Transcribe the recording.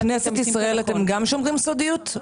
לכנסת ישראל אתם גם שומרים סודיות?